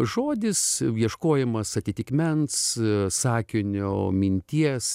žodis ieškojimas atitikmens sakinio minties